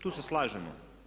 Tu se slažemo.